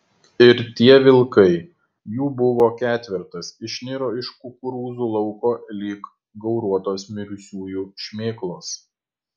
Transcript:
ir tie vilkai jų buvo ketvertas išniro iš kukurūzų lauko lyg gauruotos mirusiųjų šmėklos